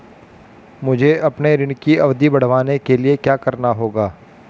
मुझे अपने ऋण की अवधि बढ़वाने के लिए क्या करना होगा?